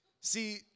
See